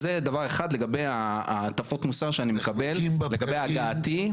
אז זה דבר אחד לגבי ההטפות המוסר שאני מקבל לגבי הגעתי.